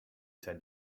said